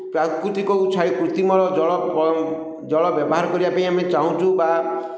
ପ୍ରାକୃତିକ ଛାଡ଼ି ଜଳ ଜଳ ବ୍ୟବହାର କରିବା ପାଇଁ ଆମେ ଚାହୁଁଛୁ ବା